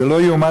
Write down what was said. זה לא ייאמן.